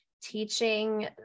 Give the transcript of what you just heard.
Teaching